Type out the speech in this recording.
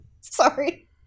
Sorry